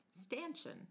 Stanchion